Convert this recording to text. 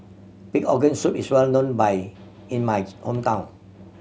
pig organ soup is well known in my hometown